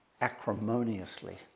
acrimoniously